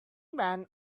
men